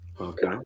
okay